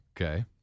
Okay